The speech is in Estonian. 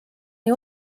nii